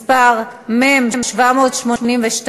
מס' מ/782.